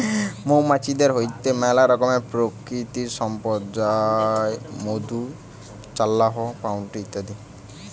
মৌমাছিদের হইতে মেলা রকমের প্রাকৃতিক সম্পদ পথ যায় মধু, চাল্লাহ, পাউরুটি ইত্যাদি